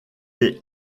est